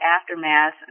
Aftermath